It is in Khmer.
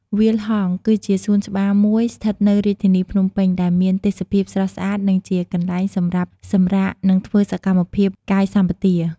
វាលហង្ស គឺជាសួនច្បារមួយស្ថិតនៅរាជធានីភ្នំពេញ ដែលមានទេសភាពស្រស់ស្អាត និងជាកន្លែងសម្រាប់សម្រាក និងធ្វើសកម្មភាពកាយសម្បទា។